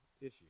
issue